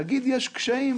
להגיד: יש קשיים?